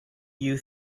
you